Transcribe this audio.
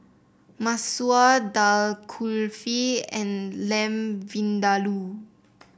Masoor Dal Kulfi and Lamb Vindaloo